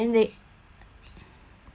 then they got these character cards